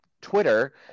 Twitter